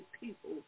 people